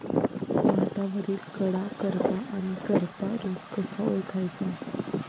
भातावरील कडा करपा आणि करपा रोग कसा ओळखायचा?